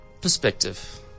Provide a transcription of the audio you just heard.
perspective